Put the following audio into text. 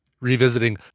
revisiting